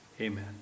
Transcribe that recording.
Amen